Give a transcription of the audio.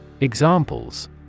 Examples